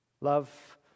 love